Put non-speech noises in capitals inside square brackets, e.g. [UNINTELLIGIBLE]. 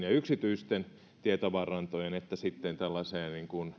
[UNINTELLIGIBLE] ja yksityisten tietovarantojen sekä sitten tällaiseen